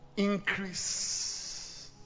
Increase